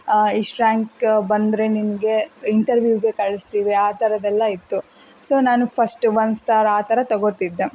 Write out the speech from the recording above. ಇಷ್ಟು ರ್ಯಾಂಕ್ ಬಂದರೆ ನಿಮಗೆ ಇಂಟರ್ವ್ಯೂಗೆ ಕಳ್ಸ್ತೀವಿ ಆ ಥರದೆಲ್ಲ ಇತ್ತು ಸೊ ನಾನು ಫಸ್ಟು ಒನ್ ಸ್ಟಾರ್ ಆ ಥರ ತಗೋತಿದ್ದೆ